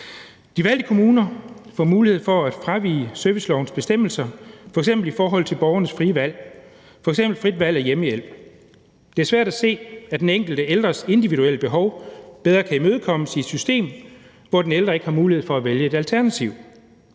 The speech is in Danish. De valgte kommuner får mulighed for at fravige servicelovens bestemmelser, eksempelvis i forhold til borgerens frie valg, f.eks. frit valg af hjemmehjælp. Det er svært at se, at den enkelte ældres individuelle behov bedre kan imødekommes i et system, hvor den ældre ikke har mulighed for at vælge et alternativ.